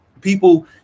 people